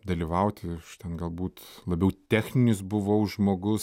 dalyvauti ten galbūt labiau techninis buvau žmogus